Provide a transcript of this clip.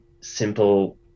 simple